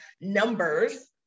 numbers